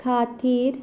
खातीर